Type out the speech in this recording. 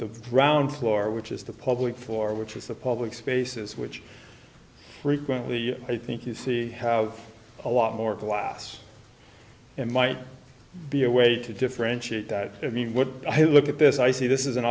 the ground floor which is the public for which is the public spaces which frequently i think you see have a lot more glass and might be a way to differentiate that i mean when i look at this i see this is an